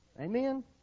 Amen